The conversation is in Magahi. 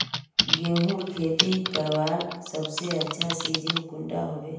गेहूँर खेती करवार सबसे अच्छा सिजिन कुंडा होबे?